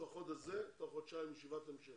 תוך חודש נקיים ישיבה ותוך חודשיים ישיבת המשך.